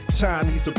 Chinese